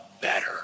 better